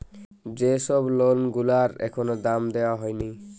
যে সব লোন গুলার এখনো দাম দেওয়া হয়নি